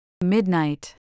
Midnight